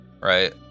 Right